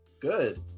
Good